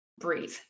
breathe